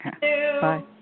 Bye